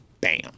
bam